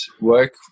work